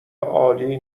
عالی